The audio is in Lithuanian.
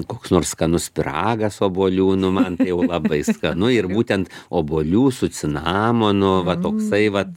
koks nors skanus pyragas obuolių nu man tai jau labai skanu ir būtent obuolių su cinamonu va toksai vat